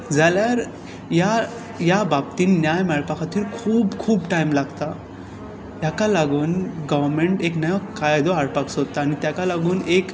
जाल्यार ह्या बाबतींत न्याय मेळपा खातीर खूब खूब टायम लागता ताका लागून गव्हर्मेंट एक नवो कायदो हाडपाक सोदता आनी ताका लागून एक